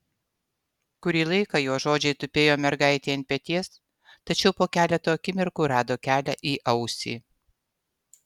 kurį laiką jo žodžiai tupėjo mergaitei ant peties tačiau po keleto akimirkų rado kelią į ausį